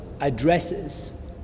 addresses